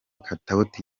katauti